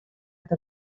der